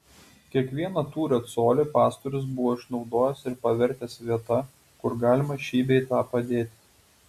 kiekvieną tūrio colį pastorius buvo išnaudojęs ir pavertęs vieta kur galima šį bei tą padėti